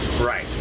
Right